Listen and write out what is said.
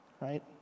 Right